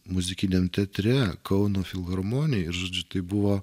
muzikiniam teatre kauno filharmonijoj tai buvo